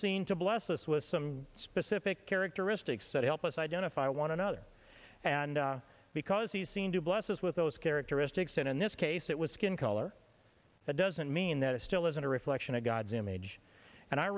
seen to bless us with some specific characteristics that help us identify one another and because he is seen to bless us with those characteristics and in this case it was skin color that doesn't mean that it still isn't a reflection of god's image and i